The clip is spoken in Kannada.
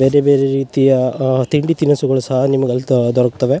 ಬೇರೆ ಬೇರೆ ರೀತಿಯ ತಿಂಡಿ ತಿನಸುಗಳು ಸಹ ನಿಮಗ ಅಲ್ಲಿ ದೊರಕ್ತವೆ